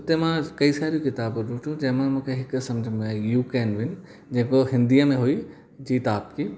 हुते मां कई सारी किताबूं ॾिठियूं जंहिं मां मूंखे हिकु समुझ में आई यू केन विन जेको हिंदीअ में हुई जीत आपकी